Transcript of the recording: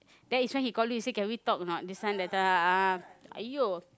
that is when he call you he say can we talk or not this one that one !aiyo!